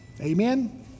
Amen